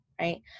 right